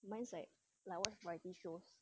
mine like like I watch variety shows